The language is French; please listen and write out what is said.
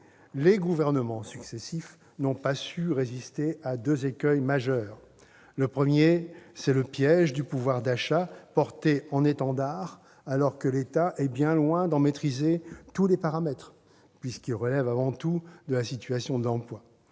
les gouvernements successifs n'ont pas su éviter deux écueils majeurs. Le premier, c'est le piège du pouvoir d'achat, porté en étendard, alors que l'État est bien loin d'en maîtriser tous les paramètres, puisqu'il relève avant tout de la situation de l'emploi.